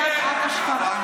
אחמד, תסביר לה שבמוקטעה,